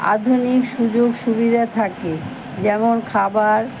আধুনিক সুযোগ সুবিধা থাকে যেমন খাবার